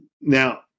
now